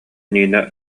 нина